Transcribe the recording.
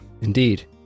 indeed